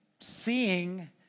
seeing